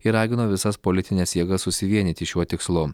ir ragino visas politines jėgas susivienyti šiuo tikslu